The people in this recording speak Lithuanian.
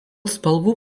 spalvų